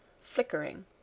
flickering